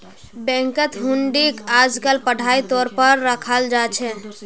बैंकत हुंडीक आजकल पढ़ाई तौर पर रखाल जा छे